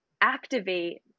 activate